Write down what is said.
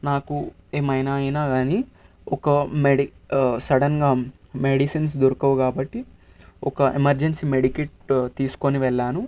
నాకు ఏమైనా అయినా కాని ఒక మెడి సడన్ గా మెడిషన్స్ దొరకవు కాబట్టి ఒక ఎమర్జెన్సీ మెడి కిట్ తీసుకొని వెళ్ళాను